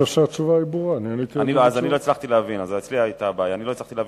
קובע סייגים להכנסת חומרים מסוימים ליהודה ושומרון.